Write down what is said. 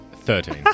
Thirteen